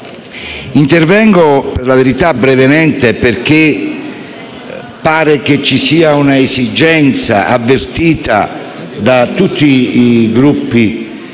intervengo brevemente perché pare che ci sia un'esigenza, avvertita da tutti i Gruppi